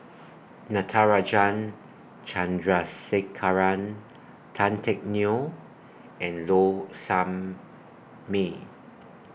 Natarajan Chandrasekaran Tan Teck Neo and Low Sanmay